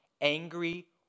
angry